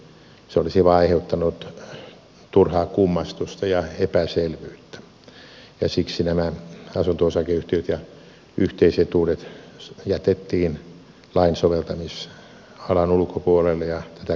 se olisi vain aiheuttanut turhaa kummastusta ja epäselvyyttä ja siksi nämä asunto osakeyhtiöt ja yhteisetuudet jätettiin lain soveltamisalan ulkopuolelle ja sitä koskevat säännökset poistettiin